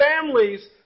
families